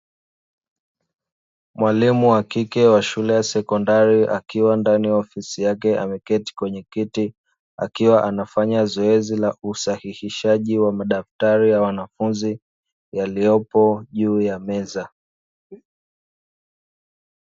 Mwalimu wa kike wa shule ya sekondari akiwa ndani ya ofisi yake ameketi kwenye kiti, akiwa anafanya zoezi la usahihishaji wa madaftari ya wanafunzi yaliopo juu ya meza.